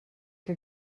que